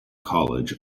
college